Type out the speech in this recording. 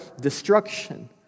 destruction